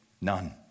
none